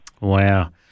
Wow